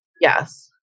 Yes